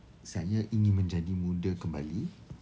saya ingin menjadi muda kembali